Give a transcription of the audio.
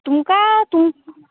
तुमकां तूं